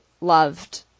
loved